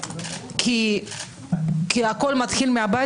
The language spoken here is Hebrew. כי הכול מתחיל מהבית,